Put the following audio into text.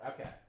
Okay